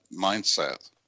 mindset